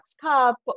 cup